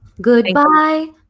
Goodbye